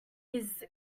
his